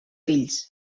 fills